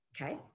Okay